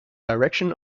direction